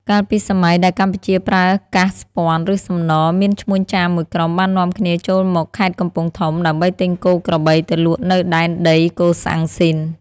កាលពីសម័យដែលកម្ពុជាប្រើកាសស្ពាន់ឬសំណរ មានឈ្មួញចាមមួយក្រុមបាននាំគ្នាចូលមកខេត្តកំពង់ធំ ដើម្បីទិញគោក្របីទៅលក់នៅដែនដីកូសាំងស៊ីន។